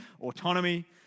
autonomy